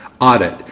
Audit